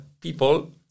people